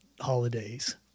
holidays